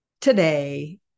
Today